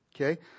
Okay